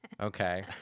Okay